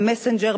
ב"מסנג'ר",